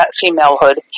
femalehood